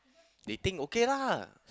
they think okay lah